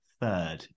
third